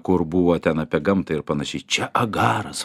kur buvo ten apie gamtą ir panašiai čia agaras